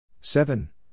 Seven